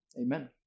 Amen